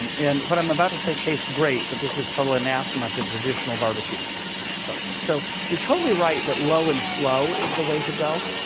and what i'm about to say tastes great. but this is total anathema to traditional barbecue folks. so you're totally right that low and slow is the way to go.